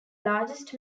largest